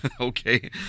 Okay